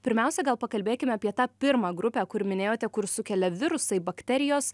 pirmiausia gal pakalbėkime apie tą pirmą grupę kur minėjote kur sukelia virusai bakterijos